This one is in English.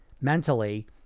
mentally